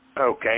Okay